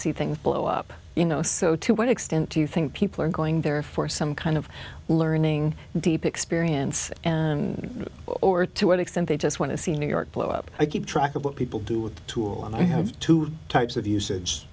see things blow up you know so to what extent do you think people are going there for some kind of learning deep experience and or to what extent they just want to see new york blow up i keep track of what people do with a tool and i have two types of usage